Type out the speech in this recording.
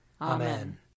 Amen